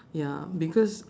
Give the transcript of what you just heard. ya because